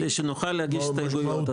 כדי שנוכל להגיש הסתייגויות.